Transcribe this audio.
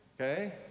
okay